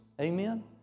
Amen